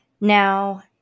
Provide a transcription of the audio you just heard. Now